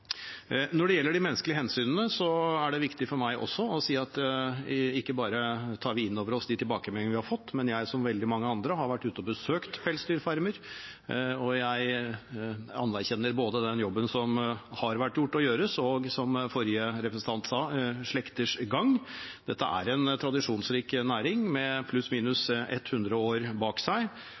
Når det gjelder de menneskelige hensynene, er det viktig for meg også å si at ikke bare tar vi inn over oss de tilbakemeldingene vi har fått, men jeg, som veldig mange andre, har vært ute og besøkt pelsdyrfarmer, og jeg anerkjenner både den jobben som har vært gjort, og den som gjøres. Og som forrige representant sa, det er «slekters gang». Dette er en tradisjonsrik næring med pluss/minus 100 år bak seg.